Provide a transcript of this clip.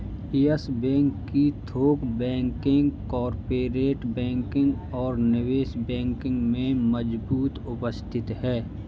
yes Bank की थोक banking, corporate banking और निवेश बैंकिंग में मजबूत उपस्थिति है